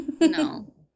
No